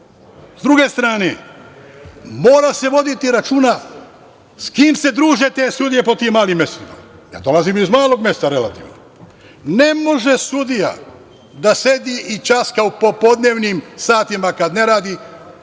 druge strane, mora se voditi računa s kim se druže te sudije po tim malim mestima. Ja dolazim iz malog mesta relativno. Ne može sudija da sedi i ćaska u popodnevnim satima kada ne radi